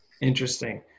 Interesting